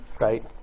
Right